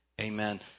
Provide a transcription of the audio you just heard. amen